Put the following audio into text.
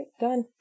done